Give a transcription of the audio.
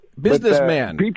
Businessman